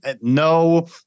No